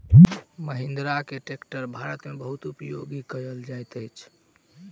महिंद्रा के ट्रेक्टर भारत में बहुत उपयोग कयल जाइत अछि